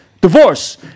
Divorce